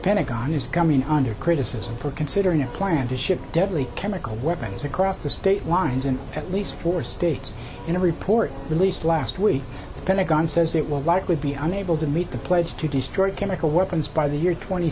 pentagon is coming under criticism for considering a plan to ship deadly chemical weapons across the state lines in at least four states in a report released last week the pentagon says it will likely be unable to meet the pledge to destroy chemical weapons by the year twenty